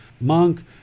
monk